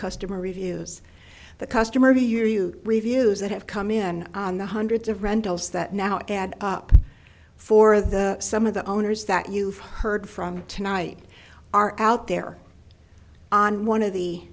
customer reviews the customer reviews that have come in the hundreds of rentals that now add up for the some of the owners that you've heard from tonight are out there on one of the